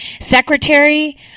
Secretary